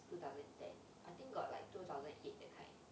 two thousand and ten I think got like two thousand eight that kind